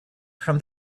from